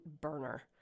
burner